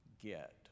get